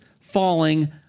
falling